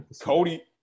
Cody